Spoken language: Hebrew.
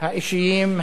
האישיים,